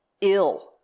ill